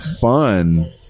fun